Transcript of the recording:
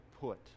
put